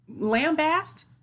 lambast